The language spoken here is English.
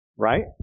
Right